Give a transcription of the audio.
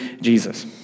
Jesus